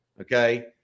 Okay